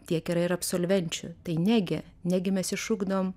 tiek yra ir absolvenčių tai negi negi mes išugdom